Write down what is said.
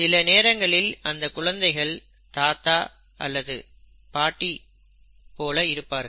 சில நேரங்களில் அந்த குழந்தைகள் தங்கள் தாத்தா அல்லது பாட்டியைப் போல இருப்பார்கள்